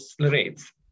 rates